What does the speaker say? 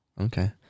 Okay